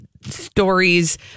stories